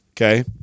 Okay